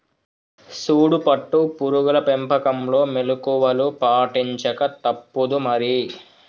సూడు పట్టు పురుగుల పెంపకంలో మెళుకువలు పాటించక తప్పుదు మరి